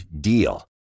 DEAL